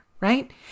right